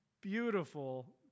beautiful